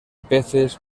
peces